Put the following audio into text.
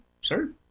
sir